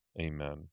amen